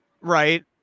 Right